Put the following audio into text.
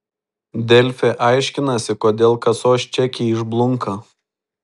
delfi aiškinasi kodėl kasos čekiai išblunka